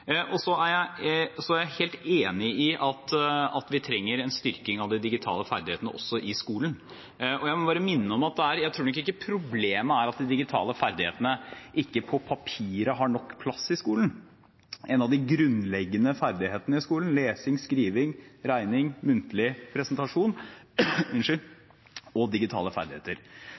Så er jeg helt enig i at vi trenger en styrking av de digitale ferdighetene også i skolen. Jeg tror nok ikke at problemet er at de digitale ferdighetene ikke på papiret har nok plass i skolen. Det er av de grunnleggende ferdighetene i skolen: lesning, skriving, regning, muntlig presentasjon